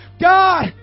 God